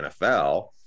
nfl